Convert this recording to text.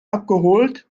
abgeholt